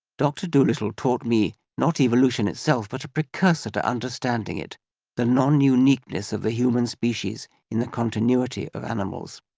dr dolittle taught me not evolution itself but a precursor to understanding it the non-uniqueness of the human species in the continuity of animals.